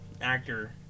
actor